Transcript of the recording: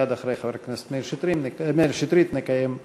מייד אחרי דברי חבר הכנסת מאיר שטרית נקיים הצבעה.